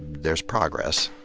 there's progress.